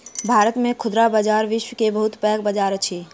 भारत के खुदरा बजार विश्व के बहुत पैघ बजार अछि